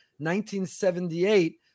1978